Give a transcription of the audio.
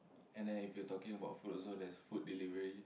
and then if you're talking about food also there's food delivery